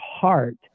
heart